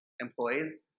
employees